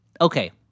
okay